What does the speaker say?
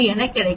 4 கிடைக்கும்